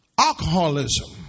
Alcoholism